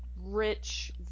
rich